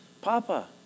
Papa